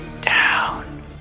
down